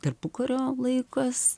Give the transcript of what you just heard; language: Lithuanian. tarpukario laikas